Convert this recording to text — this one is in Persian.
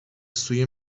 سوی